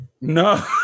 No